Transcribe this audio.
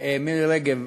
מירי רגב,